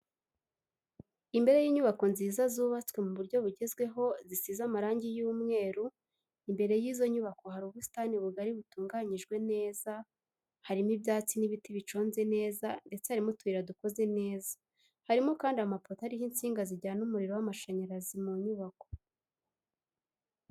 Imbere y'inyubako nziza zubatswe mu buryo bugezweho zisize amarangi y'umweru imbere y'izo nyubako hari ubusitani bugari butunganyijwe neza, harimo ibyatsi n'ibiti biconze neza ndetse harimo utuyira dukoze neza, harimokandi amapoto ariho insinga zijyana umuriro w'amashanyarazi mu nyubako.